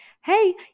Hey